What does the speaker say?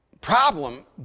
problem